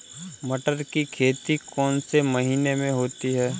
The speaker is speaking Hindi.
मटर की खेती कौन से महीने में होती है?